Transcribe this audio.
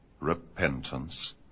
repentance